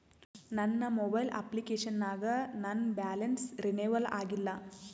ನನ್ನ mobile application ನಾಗ ನನ್ ಬ್ಯಾಲೆನ್ಸ್ ರೀನೇವಲ್ ಆಗಿಲ್ಲ